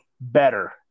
Better